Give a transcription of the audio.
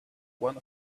one